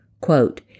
Quote